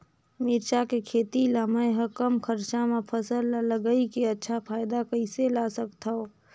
मिरचा के खेती ला मै ह कम खरचा मा फसल ला लगई के अच्छा फायदा कइसे ला सकथव?